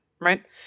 right